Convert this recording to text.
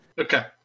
Okay